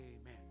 amen